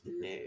no